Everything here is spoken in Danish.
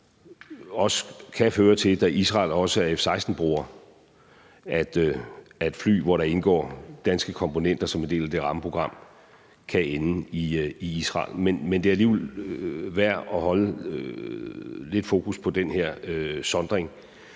også kan føre til, da Israel også er F 16-bruger, at fly, hvor der indgår danske komponenter som en del af det rammeprogram, kan ende i Israel. Men det er alligevel værd at holde lidt fokus på den her sondring,